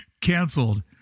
canceled